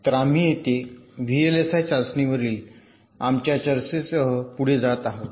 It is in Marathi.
तर आम्ही येथे व्हीएलएसआय चाचणीवरील आमच्या चर्चेसह पुढे जात आहोत